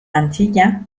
antzina